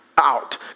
out